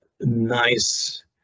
nice